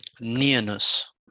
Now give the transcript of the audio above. nearness